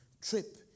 trip